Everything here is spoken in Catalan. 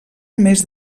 més